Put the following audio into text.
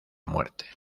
muerte